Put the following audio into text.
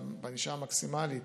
בענישה המקסימלית,